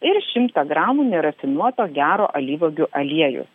ir šimtą gramų nerafinuoto gero alyvuogių aliejaus